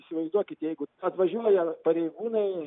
įsivaizduokit jeigu atvažiuoja pareigūnai